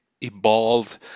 evolved